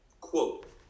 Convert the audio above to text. Quote